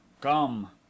come